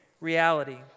reality